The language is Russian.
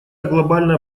глобальная